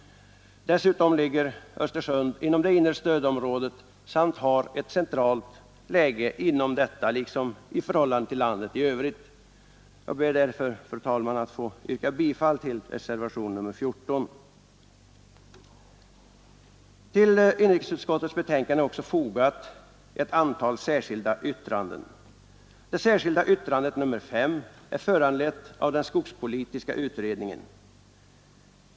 Dessutom ligger Östersund inom det inre stödområdet samt har ett centralt läge inom detta, liksom i förhållande till landet i övrigt. Jag yrkar därför, fru talman, bifall till reservationen 14. Till inrikesutskottets betänkande är också fogat ett antal särskilda yttranden. Det särskilda yttrander nr 5 är föranlett av den skogspolitiska utredningen.